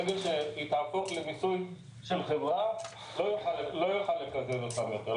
ברגע שהיא תהפוך למיסוי של חברה הוא לא יוכל לקזז אותם יותר,